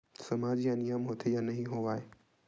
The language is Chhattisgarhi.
सामाज मा नियम होथे या नहीं हो वाए?